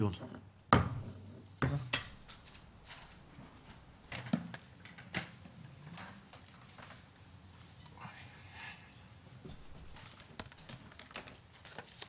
הישיבה ננעלה בשעה 12:25.